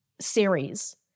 series